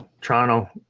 Toronto